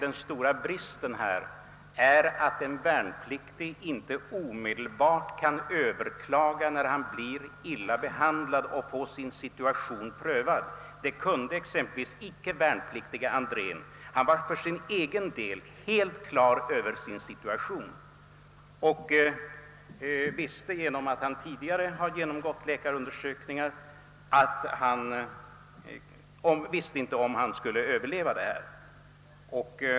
Den stora bristen är att en värnpliktig, när han blir illa behandlad, inte omedelbart kan överklaga och få sin situation prövad. Det kunde exempelvis inte värnpliktige Andrén, trots att han var för sin egen del alldels klar över sin situation, han hade tidigare genomgått läkarundersökningar och visste att han kanske inte skulle överleva sin sjukdom.